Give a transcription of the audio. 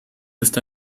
ist